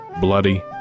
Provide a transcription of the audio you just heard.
bloody